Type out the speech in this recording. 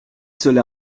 cela